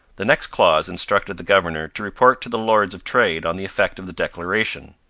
the next clause instructed the governor to report to the lords of trade on the effect of the declaration.